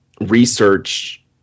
research